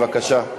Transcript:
בבקשה.